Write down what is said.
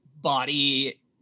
body